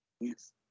yes